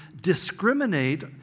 discriminate